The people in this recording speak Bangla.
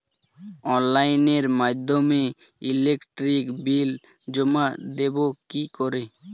অনলাইনের মাধ্যমে ইলেকট্রিক বিল জমা দেবো কি করে?